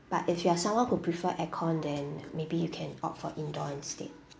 but if you are someone who prefer aircon then maybe you can opt for indoor instead